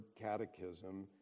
catechism